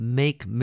make